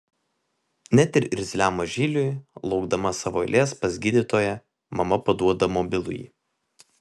net ir irzliam mažyliui laukdama savo eilės pas gydytoją mama paduoda mobilųjį